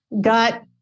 Got